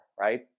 right